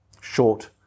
Short